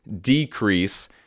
decrease